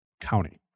county